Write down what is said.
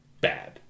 bad